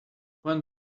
when